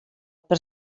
per